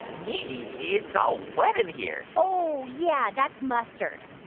mindy, it's all wet in here oh, yeah. that's mustard